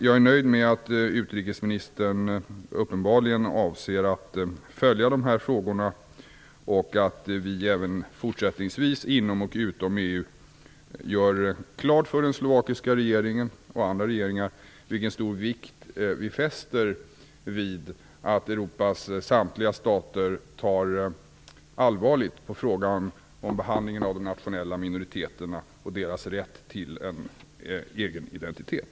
Jag är nöjd med att utrikesministern uppenbarligen avser att följa dessa frågor och att vi även fortsättningsvis inom och utom EU gör klart för den slovakiska regeringen och andra regeringar den stora vikt vi fäster vid att Europas samtliga stater tar allvarligt på frågan om behandlingen av de nationella minoriteterna och deras rätt till en egen identitet.